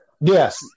Yes